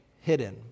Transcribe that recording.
hidden